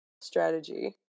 strategy